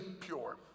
pure